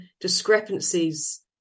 discrepancies